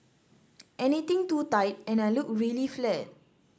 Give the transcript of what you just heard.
anything too tight and I look really flat